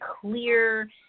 clear